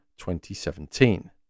2017